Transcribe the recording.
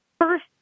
first